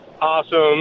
awesome